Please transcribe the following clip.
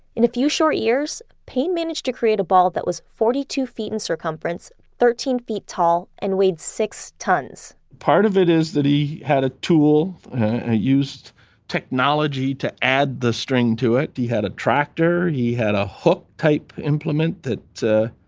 in a few short years, payne managed to create a ball that was forty two feet in circumference, thirteen feet tall, and weighed six tons part of it is that he had a tool used technology to add the string to it. he had a tractor, he had a hook-type implement that